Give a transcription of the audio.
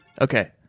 Okay